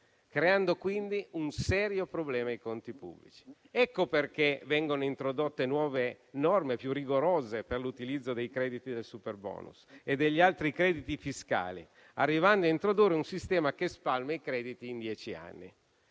creando quindi un serio problema ai conti pubblici. Ecco perché vengono introdotte nuove norme, più rigorose, per l'utilizzo dei crediti del superbonus e degli altri crediti fiscali, arrivando a introdurre un sistema che spalma i crediti in dieci anni.